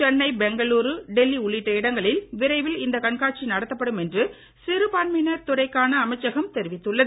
சென்னை பெங்களுரு டெல்லி உள்ளிட்ட இடங்களில் விரைவில் இந்த கண்காட்சி நடத்தப்படும் என சிறுபான்மையினர் துறைக்கான தெரிவித்துள்ளது